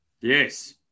Yes